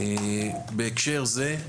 בהקשר הזה,